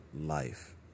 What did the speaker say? life